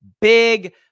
Big